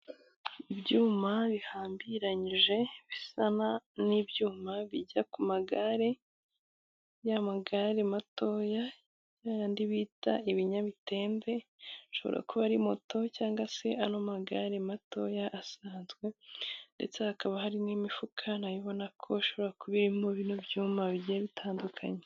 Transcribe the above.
Ibyuma bihambiranyije bisa n'ibyuma bijya ku magare, ya magare matoya, ya yandi bita ibinyamitende ashobora kuba ari moto cyangwag se ano magare matoya asanzwe, ndetse hakaba hari n'imifuka nayo ubona ko ishobora kuba iririmo bino byuma bigiye bitandukanye.